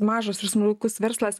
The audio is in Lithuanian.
mažas ir smulkus verslas